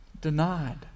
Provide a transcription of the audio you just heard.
denied